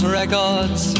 records